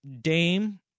Dame